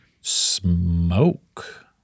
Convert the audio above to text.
Smoke